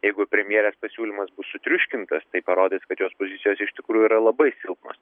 jeigu premjerės pasiūlymas bus sutriuškintas tai parodys kad jos pozicijos iš tikrųjų yra labai silpnos